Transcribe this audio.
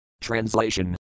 Translation